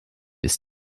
ist